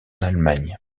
allemagne